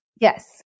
Yes